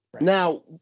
Now